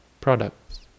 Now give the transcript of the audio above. products